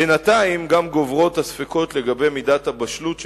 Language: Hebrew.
בינתיים גם גוברים הספקות לגבי מידת הבשלות של